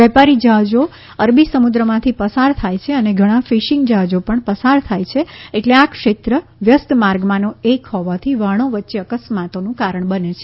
વેપારી જહાજો અરબી સમુદ્રમાંથી પસાર થાય છે અને ઘણાં ફિશિંગ જહાજો પણ પસાર થાય છે એટ્લે આ ક્ષેત્ર વ્યસ્ત માર્ગ માંનો એક હોવાથી વહાણો વચ્ચે અકસ્માતોનું કારણ બને છે